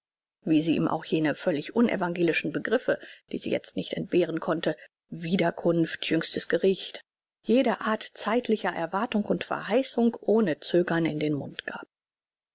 wie sie ihm auch jene völlig unevangelischen begriffe die sie jetzt nicht entbehren konnte wiederkunft jüngstes gericht jede art zeitlicher erwartung und verheißung ohne zögern in den mund gab